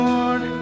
Lord